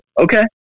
Okay